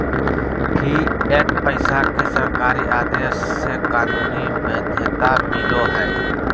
fiat पैसा के सरकारी आदेश से कानूनी वैध्यता मिलो हय